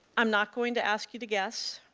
am not going to ask you to guess.